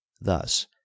Thus